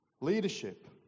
Leadership